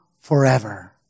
forever